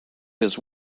his